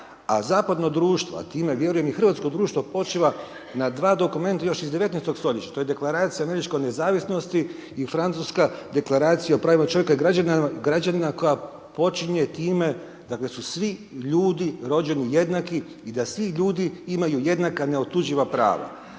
a zapadno društva, a time i vjerujem i hrvatsko društvo počiva na dva dokumenta još iz 19. stoljeća, to je Deklaracija o američkoj nezavisnosti i Francuska deklaracija o pravima čovjeka i građanina koja počinje time, dakle su svi ljudi rođeni jednaki i da svi ljudi imaju jednaka neotuđiva prava